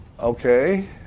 okay